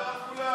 דבר על כולם.